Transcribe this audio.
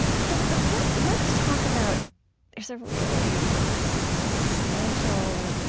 so but let's let's talk about there's a really substantial,